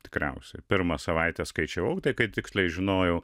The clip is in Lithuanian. tikriausiai pirmą savaitę skaičiavau tai ką tiksliai žinojau